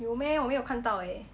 有 meh 我没有看到诶